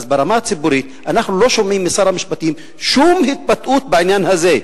אז ברמה הציבורית אנחנו לא שומעים משר המשפטים שום התבטאות בעניין הזה.